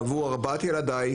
ונלחם עבור ארבעת ילדיי,